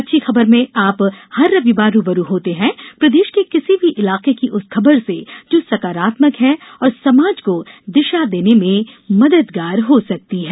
अच्छी खबर में आप हर रविवार रू ब रू होते हैं प्रदेश के किसी भी इलाके की उस खबर से जो सकारात्मक है और समाज को दिशा देने में मददगार हो सकती है